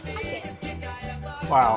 Wow